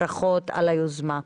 ברכות על היוזמה.